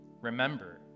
remember